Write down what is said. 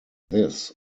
this